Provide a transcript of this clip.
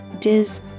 Diz